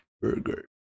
Burger